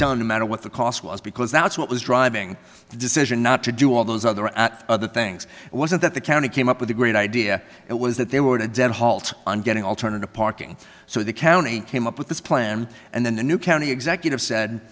doesn't matter what the cost was because that's what was driving the decision not to do all those other and other things it wasn't that the county came up with a great idea it was that they were at a dead halt on getting alternative parking so the county came up with this plan and then the new county executive said